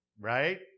right